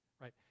right